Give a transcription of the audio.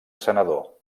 senador